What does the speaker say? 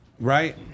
right